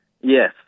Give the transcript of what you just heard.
Yes